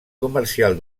comercial